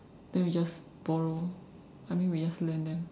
then we just borrow I mean we just lend them